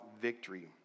victory